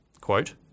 quote